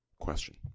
question